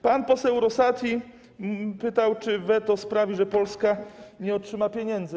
Pan poseł Rosati pytał, czy weto sprawi, że Polska nie otrzyma pieniędzy.